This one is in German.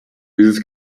dieses